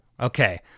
Okay